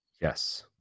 Yes